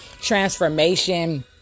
transformation